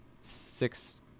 six